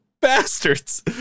Bastards